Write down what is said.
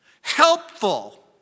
helpful